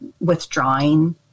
withdrawing